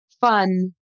fun